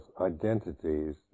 identities